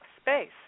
space